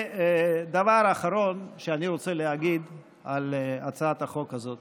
דבר אחרון שאני רוצה להגיד על הצעת החוק הזאת